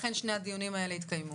לכן שני הדיונים האלה התקיימו.